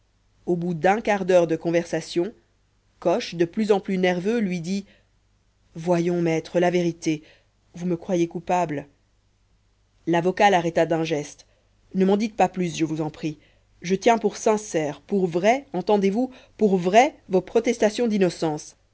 au bout d'un quart d'heure de conversation coche de plus en plus nerveux lui dit voyons maître la vérité vous me croyez coupable l'avocat l'arrêta d'un geste ne m'en dites pas plus je vous en prie je tiens pour sincères pour vraies entendez-vous pour vraies vos protestations d'innocence